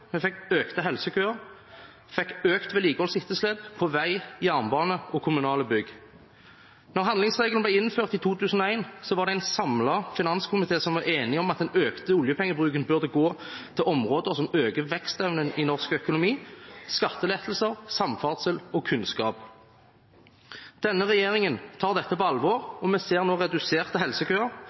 vi fikk økte helsekøer, vi fikk økt vedlikeholdsetterslep på vei, jernbane og kommunale bygg. Da handlingsregelen ble innført i 2001, var det en samlet finanskomité som var enig om at den økte oljepengebruken burde gå til områder som øker vekstevnen i norsk økonomi, skattelettelser, samferdsel og kunnskap. Denne regjeringen tar dette på alvor. Vi ser nå reduserte helsekøer,